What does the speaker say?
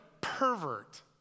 pervert